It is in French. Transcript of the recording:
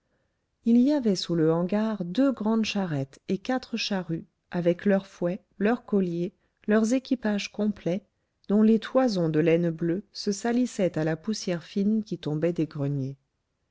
il y avait sous le hangar deux grandes charrettes et quatre charrues avec leurs fouets leurs colliers leurs équipages complets dont les toisons de laine bleue se salissaient à la poussière fine qui tombait des greniers